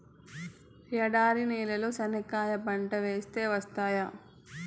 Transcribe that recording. ఎడారి నేలలో చెనక్కాయ పంట వేస్తే వస్తాయా?